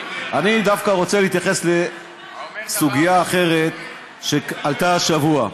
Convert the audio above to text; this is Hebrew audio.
אני דווקא רוצה להתייחס לסוגיה אחרת שעלתה השבוע.